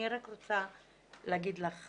אני רק רוצה להגיד לך,